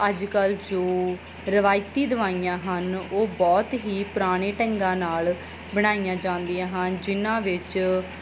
ਅੱਜ ਕੱਲ੍ਹ ਜੋ ਰਵਾਇਤੀ ਦਵਾਈਆਂ ਹਨ ਉਹ ਬਹੁਤ ਹੀ ਪੁਰਾਣੇ ਢੰਗਾਂ ਨਾਲ ਬਣਾਈਆਂ ਜਾਂਦੀਆਂ ਹਨ ਜਿਹਨਾਂ ਵਿੱਚ